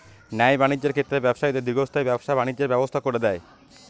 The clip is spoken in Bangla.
ন্যায় বাণিজ্যের ক্ষেত্রে ব্যবসায়ীদের দীর্ঘস্থায়ী ব্যবসা বাণিজ্যের ব্যবস্থা করে দেয়